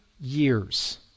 years